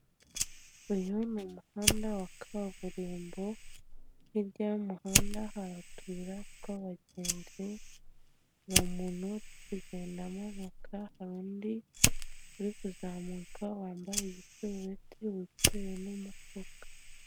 Uyu ni umuhanda wa kaburimbo hirya y'umuhanda hari utuyira tw'abagenzi hari umuntu uri kugenda amanuka hari undi uri kuzamuka wambaye igisurubeti wikoreyemo n'umafuka.